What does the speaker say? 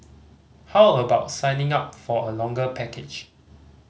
how about signing up for a longer package